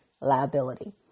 Liability